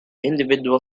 individual